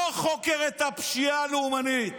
לא חוקרת את הפשיעה הלאומנית,